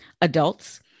adults